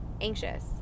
anxious